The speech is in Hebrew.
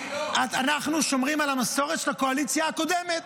אנחנו שומרים על המסורת של הקואליציה הקודמת.